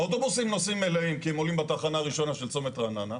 האוטובוסים נוסעים מלאים כי הם עולים בתחנה הראשונה של צומת רעננה,